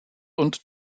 und